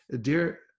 Dear